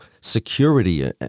security